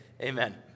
Amen